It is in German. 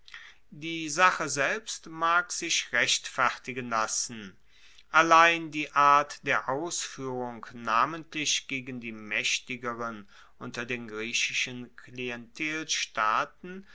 die sache selbst mag sich rechtfertigen lassen allein die art der ausfuehrung namentlich gegen die maechtigeren unter den griechischen